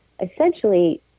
essentially